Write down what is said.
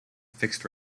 fixed